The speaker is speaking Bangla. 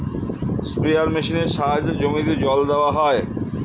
স্প্রেয়ার মেশিনের সাহায্যে জমিতে জল দেওয়া হয়